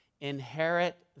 inherit